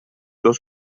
dos